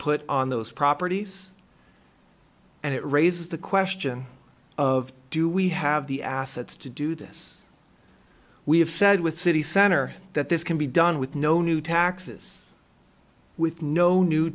put on those properties and it raises the question of do we have the assets to do this we have said with city center that this can be done with no new taxes with no new